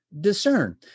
discern